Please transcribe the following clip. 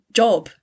job